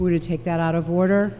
would you take that out of order